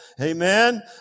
amen